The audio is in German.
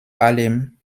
allem